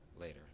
later